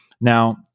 Now